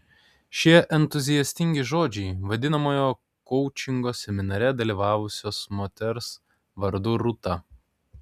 šitie entuziastingi žodžiai vadinamojo koučingo seminare dalyvavusios moters vardu rūta